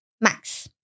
Max